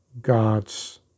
God's